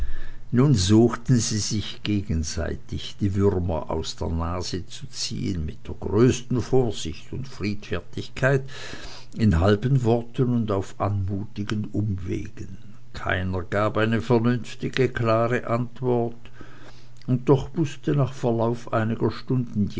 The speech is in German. nun suchten sie sich gegenseitig die würmer aus der nase zu ziehen mit der größten vorsicht und friedfertigkeit in halben worten und auf anmutigen umwegen keiner gab eine vernünftige klare antwort und doch wußte nach verlauf einiger stunden